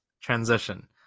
transition